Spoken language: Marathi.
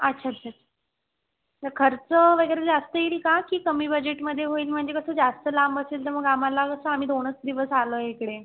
अच्छा अच्छा अच्छा तर खर्च वगैरे जास्त येईल का की कमी बजेटमध्ये होईल म्हणजे कसं जास्त लांब असेल तर आम्हाला कसं आम्ही दोनच दिवस आलो आहे इकडे